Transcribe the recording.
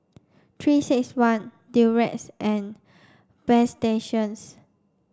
three six ne Durex and Bagstationz